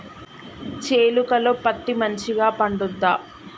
చేలుక లో పత్తి మంచిగా పండుద్దా?